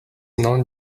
non